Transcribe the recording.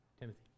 Timothy